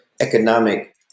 economic